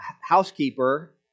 housekeeper